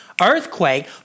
Earthquake